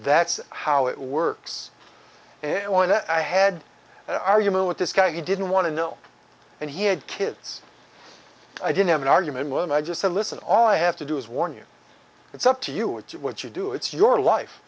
that's how it works and one that i had an argument with this guy he didn't want to know and he had kids i didn't have an argument with and i just said listen all i have to do is warn you it's up to you it's what you do it's your life